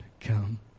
come